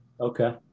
Okay